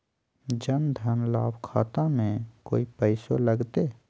जन धन लाभ खाता में कोइ पैसों लगते?